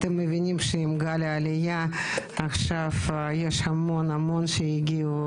אתם מבינים שעם גל העלייה יש המון שהגיעו